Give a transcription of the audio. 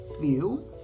feel